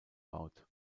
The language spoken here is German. eingebaut